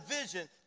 vision